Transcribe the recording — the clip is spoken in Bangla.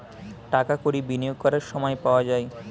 টাকা কড়ি বিনিয়োগ করার সময় পাওয়া যায়